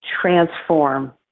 transform